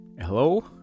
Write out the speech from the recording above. Hello